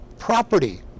property